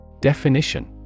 Definition